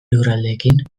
lurraldeekin